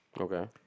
Okay